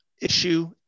issue